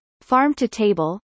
Farm-to-Table